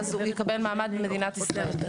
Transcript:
הוא יקבל מעמד במדינת ישראל.